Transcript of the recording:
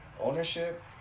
Ownership